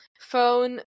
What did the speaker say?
phone